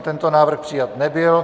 Tento návrh přijat nebyl.